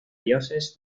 dioses